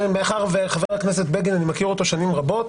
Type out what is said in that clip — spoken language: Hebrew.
מאחר שאני מכיר את חבר הכנסת בגין שנים רבות,